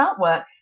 artwork